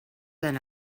than